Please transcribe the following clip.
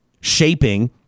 shaping